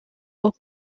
aux